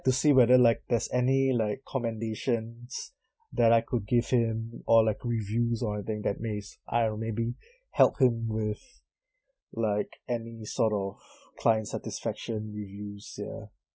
to see whether like there's any like commendations that I could give him or like reviews or anything that may s~ I'll maybe help him with like any sort of clients satisfaction reviews ya